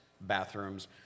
bathrooms